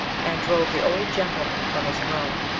and drove the old gentleman from his throne.